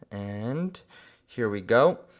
and here we go.